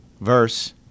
verse